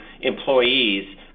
employees